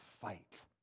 fight